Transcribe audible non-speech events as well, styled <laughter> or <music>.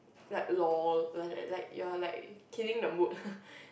like lol like like you are like killing the mood <laughs>